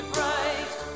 Bright